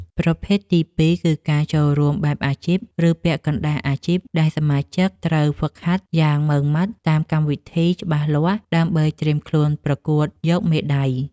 ប្រភេទទីពីរ គឺការចូលរួមបែបអាជីព ឬពាក់កណ្តាលអាជីព ដែលសមាជិកត្រូវហ្វឹកហាត់យ៉ាងម៉ឺងម៉ាត់តាមកម្មវិធីច្បាស់លាស់ដើម្បីត្រៀមខ្លួនប្រកួតយកមេដាយ។